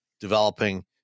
developing